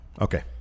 Okay